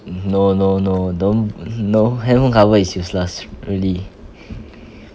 no no no don't no handphone cover is useless really